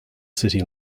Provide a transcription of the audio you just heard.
city